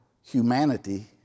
humanity